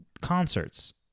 Concerts